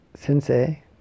sensei